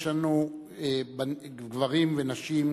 יש לנו גברים ונשים,